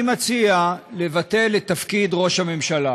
אני מציע לבטל את תפקיד ראש הממשלה.